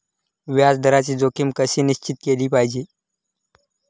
व्याज दराची जोखीम कशी निश्चित केली पाहिजे